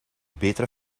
betere